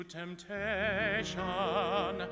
temptation